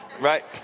right